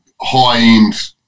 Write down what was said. high-end